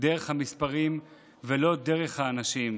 דרך המספרים ולא דרך האנשים.